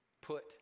put